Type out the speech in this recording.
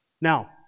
Now